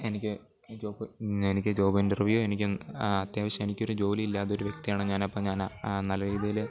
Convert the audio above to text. എനിക്ക് ഈ ജോബ് എനിക്ക് ജോബിൻ്റർവ്യൂ എനിക്ക് അത്യാവശ്യം എനിക്കൊരു ജോലിയില്ലാതൊരു വ്യക്തിയാണ് ഞാൻ അപ്പോള് ഞാനാ നല്ല രീതിയില്